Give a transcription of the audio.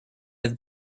have